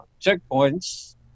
checkpoints